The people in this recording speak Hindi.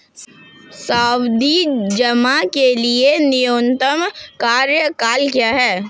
सावधि जमा के लिए न्यूनतम कार्यकाल क्या है?